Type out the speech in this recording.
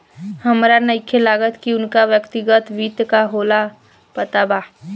हामरा नइखे लागत की उनका व्यक्तिगत वित्त का होला पता बा